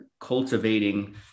cultivating